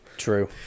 true